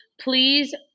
please